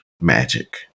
magic